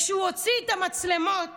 הוא הוציא את המצלמות